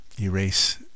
erase